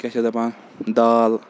کیٛاہ چھِ دَپان دال